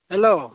hello